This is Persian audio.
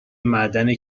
معدن